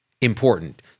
important